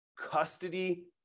custody